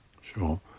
Sure